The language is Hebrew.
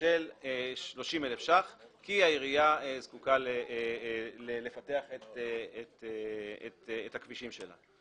של 30,000 ש"ח כי העירייה זקוקה לפתח את הכבישים שלה.